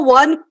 one